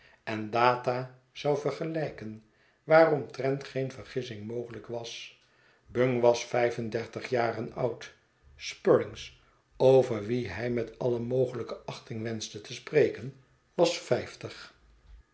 en data zou vergelijken waaromtrent geen vergissing mogelijk was bung was vijfendertig jaren oud spruggins over wien hij met alle mogelijke achting wenschte te spreken was vijftig